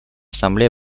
ассамблея